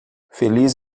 feliz